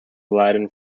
latin